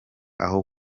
aho